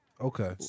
Okay